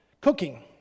cooking